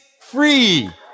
free